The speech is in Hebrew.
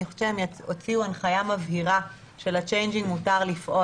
אני חושבת שהם הוציאו הנחיה מבהירה שלצ'יינג'ים מותר לפעול.